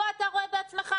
אתה רואה בעצמך.